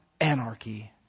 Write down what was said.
anarchy